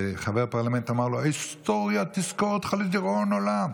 וחבר פרלמנט אמר לו: ההיסטוריה תזכור אותך לדיראון עולם.